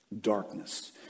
darkness